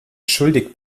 schuldig